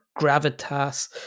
gravitas